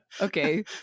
okay